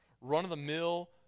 run-of-the-mill